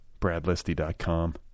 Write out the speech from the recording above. bradlisty.com